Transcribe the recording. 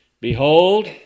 Behold